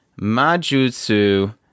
Majutsu